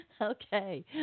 Okay